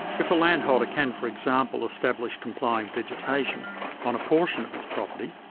if a landholder can, for example, establish complying vegetation on a portion of his property,